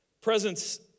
Presence